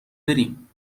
بریم